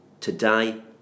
Today